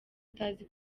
utazi